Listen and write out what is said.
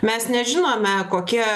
mes nežinome kokie